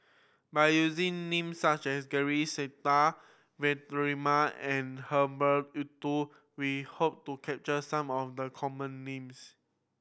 by using names such as George Sita Vikram Nair and Herbert Eleuterio we hope to capture some of the common names